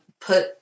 put